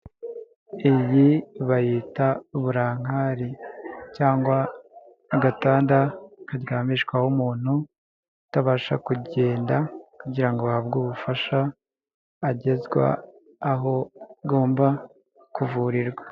Iyi bayita uburankakari cyangwa agatanda karyamishwaho umuntu, utabasha kugenda, kugira ahabwe ubufasha, agezwa aho agomba kuvurirwa.